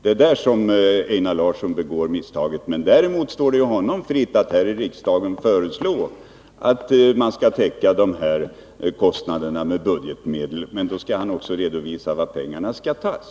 Det är på den här punkten Einar Larsson begår misstaget. Däremot står det honom fritt att här i riksdagen föreslå att man skall täcka kostnaderna med budgetmedel, men då skall han också redovisa var pengarna skall tas.